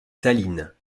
salines